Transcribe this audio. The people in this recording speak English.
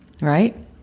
Right